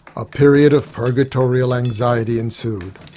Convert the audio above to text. a period of purgatorial anxiety ensued.